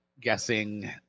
guessing